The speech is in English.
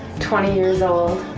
twenty years old